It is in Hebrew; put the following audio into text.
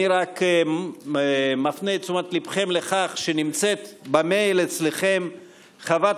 אני רק מפנה את תשומת ליבכם לכך שבמייל אצלכם נמצאת חוות